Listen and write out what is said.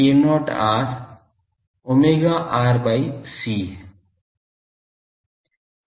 k0 r omega r by c है